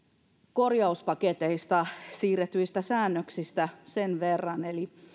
korjauspaketista siirretyistä säännöksistä sen verran että